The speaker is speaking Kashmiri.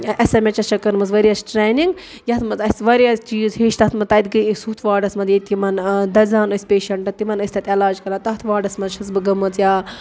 اٮ۪س اٮ۪م اٮ۪چ اٮ۪س چھےٚ کٔرمٕژ ؤریس ٹرٛینِنٛگ یَتھ منٛز اَسہِ واریاہ چیٖز ہیٚچھ تَتھ تتہِ گٔے أسۍ ہُتھ واڈَس منٛز ییٚتہِ یِمن دزان ٲسۍ پیشنٛٹہٕ تِمن أسۍ تَتہِ عٮ۪لاج کَران تَتھ واڈس منٛز چھَس بہٕ گٔمٕژ یا